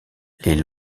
les